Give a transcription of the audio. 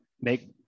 make